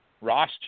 Ross